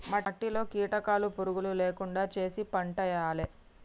మట్టిలో కీటకాలు పురుగులు లేకుండా చేశి పంటేయాలే